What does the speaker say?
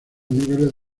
niveles